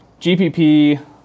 GPP